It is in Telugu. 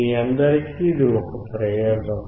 మీ అందరికీ ఇది ఒక ప్రయోగం